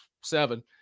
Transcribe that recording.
seven